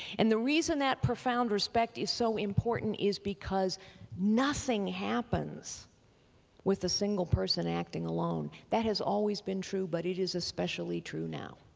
and the reason that profound respect is so important is because nothing happens with a single person acting alone. that has always been true, but it is especially true now.